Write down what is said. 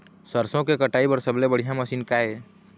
सरसों के कटाई बर सबले बढ़िया मशीन का ये?